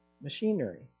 machinery